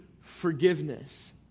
forgiveness